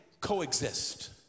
coexist